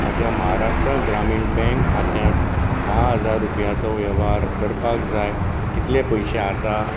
म्हज्या महाराष्ट्रा ग्रामीण बँक खात्यात धा हजार रुपयाचो वेव्हार करपाक जाय तितले पयशे आसा